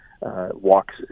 walks